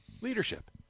Leadership